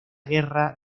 guerra